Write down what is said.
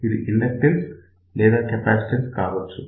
ఇది ఇండక్టన్స్ లేదా కెపాసిటన్స్ కావచ్చు